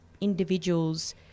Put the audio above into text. individual's